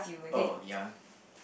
oh ya